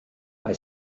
mae